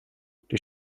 die